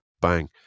bang